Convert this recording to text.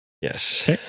Yes